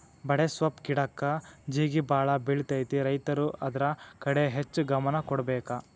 ಬಡೆಸ್ವಪ್ಪ್ ಗಿಡಕ್ಕ ಜೇಗಿಬಾಳ ಬಿಳತೈತಿ ರೈತರು ಅದ್ರ ಕಡೆ ಹೆಚ್ಚ ಗಮನ ಕೊಡಬೇಕ